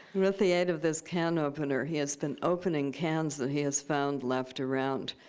with the aid of this can opener, he has been opening cans that he has found left around,